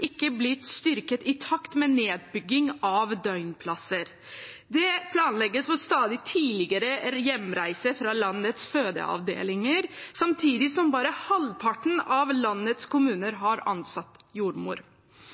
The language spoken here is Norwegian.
ikke blitt styrket i takt med nedbygging av døgnplasser. Det planlegges for stadig tidligere hjemreise fra landets fødeavdelinger samtidig som bare halvparten av landets kommuner har ansatt jordmor.